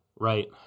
right